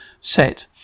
set